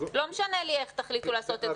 לא משנה לי איך תחליטו לעשות את זה,